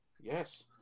Yes